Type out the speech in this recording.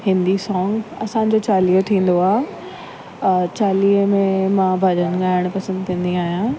Hindi song असांजो चालीहो थींदो आहे ऐं चालीहे में मां भॼन ॻाइणु पसंदि कंदी आहियां